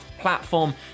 platform